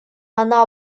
она